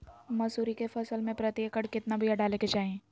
मसूरी के फसल में प्रति एकड़ केतना बिया डाले के चाही?